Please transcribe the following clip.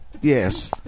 Yes